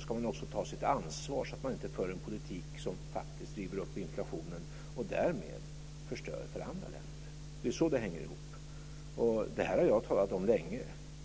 ska man också ta sitt ansvar så att man inte för en politik som faktiskt driver upp inflationen och därmed förstör för andra länder. Det är så det hänger ihop. Och detta har jag talat om länge.